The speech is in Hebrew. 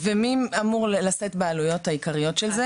ומי אמור לשאת בעלויות העיקריות של זה?